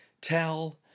tell